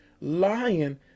lying